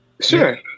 Sure